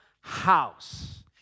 house